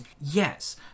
Yes